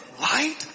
light